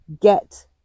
get